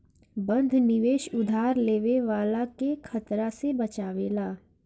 बंध निवेश उधार लेवे वाला के खतरा से बचावेला